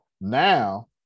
now